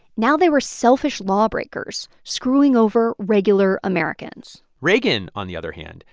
now they were selfish lawbreakers screwing over regular americans reagan, on the other hand,